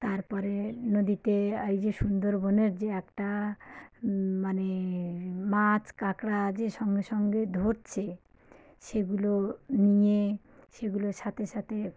তার পরে নদীতে এই যে সুন্দরবনের যে একটা মানে মাছ কাঁকড়া যে সঙ্গে সঙ্গে ধরছে সেগুলো নিয়ে সেগুলোর সাথে সাথে